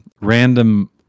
random